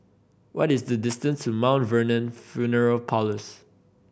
what is the distance to Mount Vernon Funeral Parlours